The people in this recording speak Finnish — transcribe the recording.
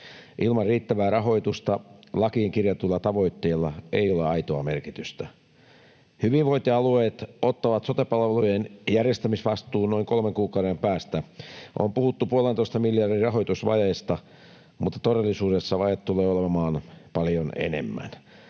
Ilman riittävää rahoitusta ei lakiin kirjatuilla tavoitteilla ole aitoa merkitystä. Hyvinvointialueet ottavat sote-palveluiden järjestämisvastuun noin kolmen kuukauden päästä. On puhuttu puolentoista miljardin rahoitusvajeesta, mutta todellisuudessa vaje tulee olemaan paljon enemmän.